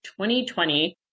2020